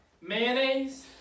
mayonnaise